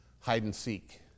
hide-and-seek